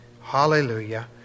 hallelujah